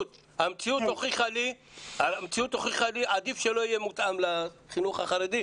המציאות הוכיחה לי שעדיף שלא יהיה מותאם לחינוך החרדי,